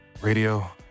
Radio